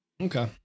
Okay